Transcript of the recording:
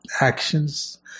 actions